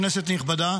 כנסת נכבדה,